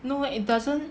no it doesn't